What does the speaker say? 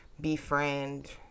befriend